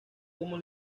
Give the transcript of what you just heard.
como